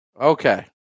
okay